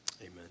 amen